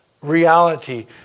reality